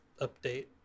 update